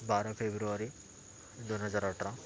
बारा फेब्रुवारी दोन हजार अठरा